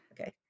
Okay